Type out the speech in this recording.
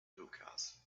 hookahs